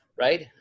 right